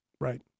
right